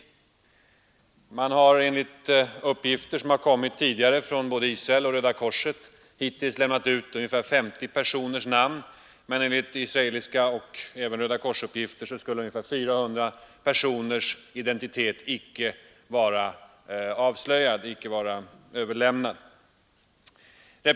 Enligt tidigare inkomna uppgifter från såväl Israel som Internationella röda korset har hittills omkring 50 personers namn utlämnats, men ungefär 400 personers identitet var icke avslöjad och namnen inte utlämnade.